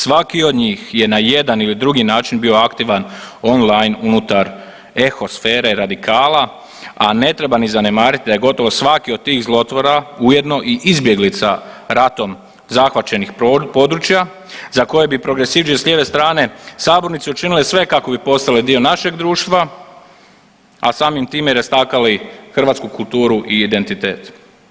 Svaki od njih je na jedan ili drugi način bio aktivan online unutar eho sfere radikala, a ne treba ni zanemarit da je gotovo svaki od tih zlotvora ujedno i izbjeglica ratom zahvaćenih područja za koje bi progresivdžije s lijeve strane sabornice učinile sve kako bi postale dio našeg društva, a samim time i rastakali hrvatsku kulturu i identitet.